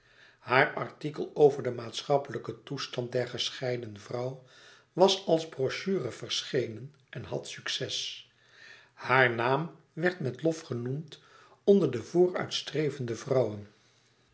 haar artikel over den maatschappelijken toestand der gescheiden vrouw was als brochure verschenen en had succes haar naam werd met lof genoemd onder de vooruitstrevende vrouwen